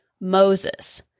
Moses